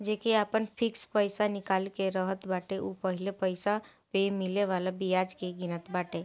जेके आपन फिक्स पईसा निकाले के रहत बाटे उ पहिले पईसा पअ मिले वाला बियाज के गिनत बाटे